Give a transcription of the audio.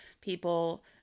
people